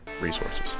resources